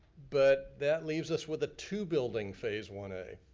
but that leaves us with a two building phase one a,